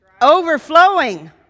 overflowing